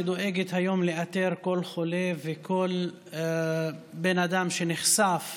שדואגת היום לאתר כל חולה וכל בן אדם שנחשף